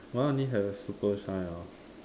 mine only have super shine ah